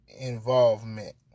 involvement